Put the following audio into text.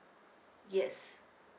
yes